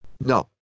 No